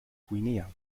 guinea